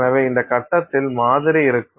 எனவே இந்த கட்டத்தில் மாதிரி இருக்கும்